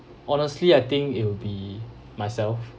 honestly I think it will be myself